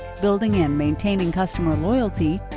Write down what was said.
building and maintaining customer loyalty,